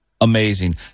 Amazing